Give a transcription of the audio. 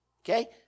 Okay